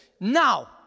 Now